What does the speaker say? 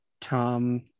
tom